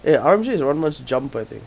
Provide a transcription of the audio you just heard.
eh R M J is run march jump I think